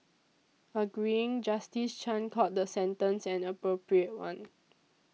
agreeing Justice Chan called the sentence an appropriate one